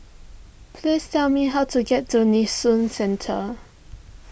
please tell me how to get to Nee Soon Central